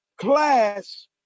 class